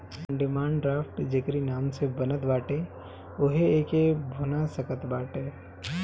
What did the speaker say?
demand draft जेकरी नाम से बनत बाटे उहे एके भुना सकत बाटअ